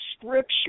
scripture